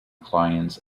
clients